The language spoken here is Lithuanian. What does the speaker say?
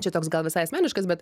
čia toks gal visai asmeniškas bet